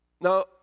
Now